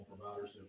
providers